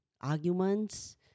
arguments